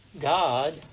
God